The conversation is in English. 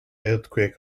earthquake